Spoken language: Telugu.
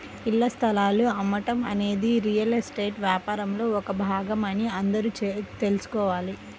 ఇళ్ల స్థలాలు అమ్మటం అనేది రియల్ ఎస్టేట్ వ్యాపారంలో ఒక భాగమని అందరూ తెల్సుకోవాలి